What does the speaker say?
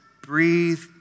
breathe